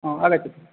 आगच्छतु